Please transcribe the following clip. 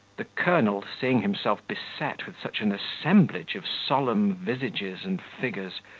the colonel seeing himself beset with such an assemblage of solemn visages and figures,